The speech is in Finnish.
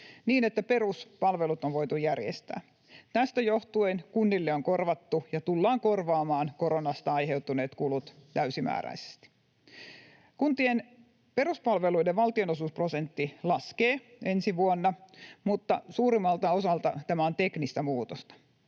niin että peruspalvelut on voitu järjestää. Tästä johtuen kunnille on korvattu ja tullaan korvaamaan koronasta aiheutuneet kulut täysimääräisesti. Kuntien peruspalveluiden valtionosuusprosentti laskee ensi vuonna, mutta suurimmalta osalta tämä on teknistä muutosta,